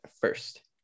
first